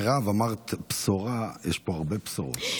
מירב, אמרת בשורה, יש פה הרבה בשורות.